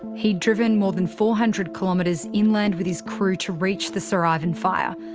he'd driven more than four hundred kilometres inland with his crew to reach the sir ivan fire.